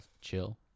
chill